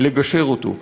לגשר עליו.